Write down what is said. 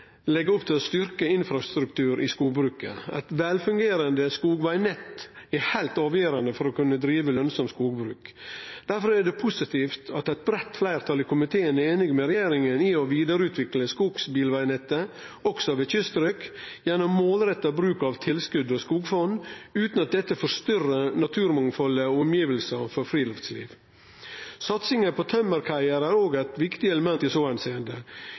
legg opp til å styrkje infrastrukturen i skogbruket. Eit velfungerande skogvegnett er heilt avgjerande for å kunne drive lønsamt skogbruk. Difor er det positivt at eit breitt fleirtal i komiteen er einig med regjeringa i å vidareutvikle skogsbilvegnettet òg ved kyststrøk gjennom målretta bruk av tilskot og skogfond utan at dette forstyrrar naturmangfaldet og friluftslivet. Satsinga på tømmerkaier er òg eit viktig element i